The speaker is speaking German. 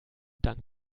dank